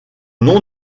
nom